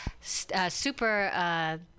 super